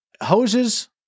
Hoses